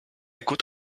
good